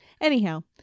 Anyhow